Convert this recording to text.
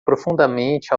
profundamente